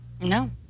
No